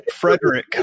Frederick